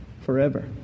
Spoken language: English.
forever